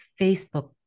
Facebook